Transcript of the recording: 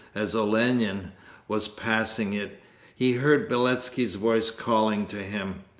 as olenin was passing it he heard beletski's voice calling to him,